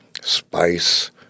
spice